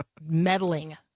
meddling